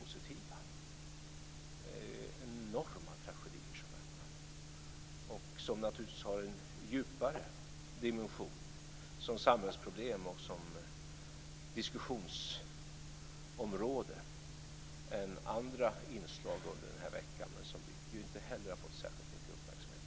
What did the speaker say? Det är enorma tragedier som väntar, vilka naturligtvis har en djupare dimension som samhällsproblem och som diskussionsområde än andra inslag under veckan men som ju inte heller har fått särskilt mycket uppmärksamhet.